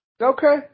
Okay